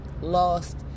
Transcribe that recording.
lost